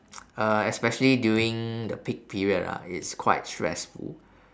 uh especially during the peak period lah it's quite stressful